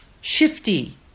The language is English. shifty